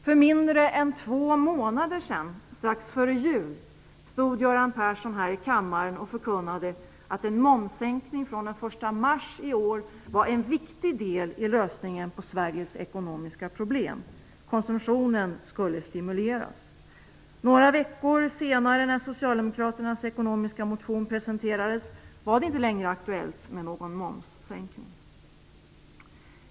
För mindre än två månader sedan, strax före jul, stod Göran Persson här i kammaren och förkunnade att en momssänkning den 1 mars i år var en viktig del i lösningen på Sveriges ekonomiska problem. Konsumtionen skulle stimuleras. Några veckor senare, när Socialdemokraternas ekonomiska motion presenterades var det inte längre aktuellt med någon momssänkning.